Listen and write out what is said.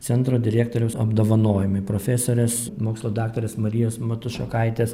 centro dirėktoriaus apdovanojimai profėsorės mokslų daktarės marijos matušokaitės